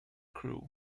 crew